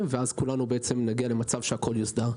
ואז כולנו נגיע למצב שהכול יוסדר.